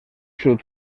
sud